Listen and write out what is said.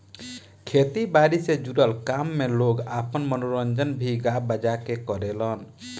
खेती बारी से जुड़ल काम में लोग आपन मनोरंजन भी गा बजा के करेलेन